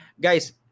Guys